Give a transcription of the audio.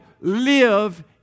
live